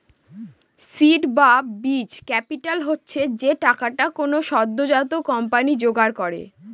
seed বা বীজ capital হচ্ছে যে টাকাটা কোনো সদ্যোজাত কোম্পানি জোগাড় করে